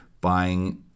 buying